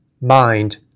mind